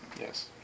Yes